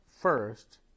first